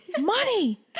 Money